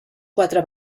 quatre